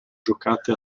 giocate